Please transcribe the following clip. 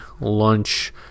lunch